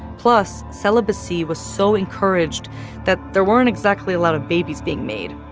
plus, celibacy was so encouraged that there weren't exactly a lot of babies being made.